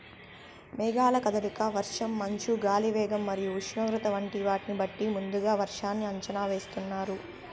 మేఘాల కదలిక, వర్షం, మంచు, గాలి వేగం మరియు ఉష్ణోగ్రత వంటి వాటిని బట్టి ముందుగా వర్షాన్ని అంచనా వేస్తున్నారు